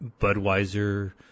Budweiser